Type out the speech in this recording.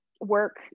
work